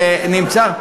שנמצא,